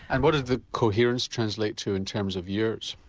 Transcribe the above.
and what did the coherence translate to in terms of years?